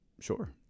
Sure